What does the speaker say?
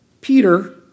Peter